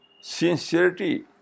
sincerity